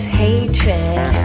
hatred